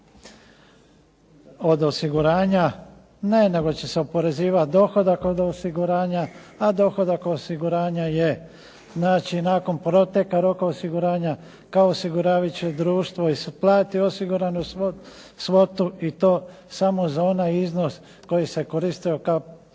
od osiguranja? Ne, nego će se oporezivati dohodak od osiguranja, a dohodak osiguranja je, znači nakon proteka osiguranja, kao osiguravajuće društvo i plati osiguranu svotu i to smo za onaj iznos koji se koristio kao